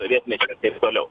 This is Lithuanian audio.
sovietmečio ir taip toliau